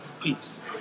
Peace